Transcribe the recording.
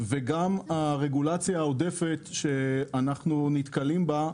וגם הרגולציה העודפת שאנחנו נתקלים בה.